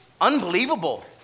unbelievable